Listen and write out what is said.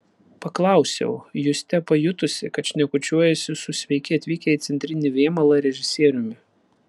paklausiau juste pajutusi kad šnekučiuojuosi su sveiki atvykę į centrinį vėmalą režisieriumi